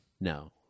No